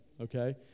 okay